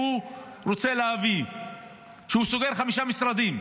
שהוא סוגר חמישה משרדים.